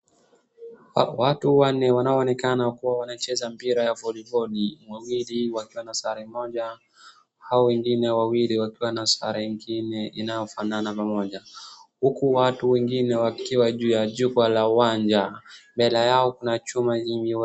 Watu wanne wanaonekana kuwa wanacheza mpira ya voliboli. wawili wakiwa na sare moja hao wengine wawili wakiwa na sare ingine inaofanana pamoja. Huku watu wengine wakiwa juu ya jukwaa la uwanja, mbele yao kuna chuma.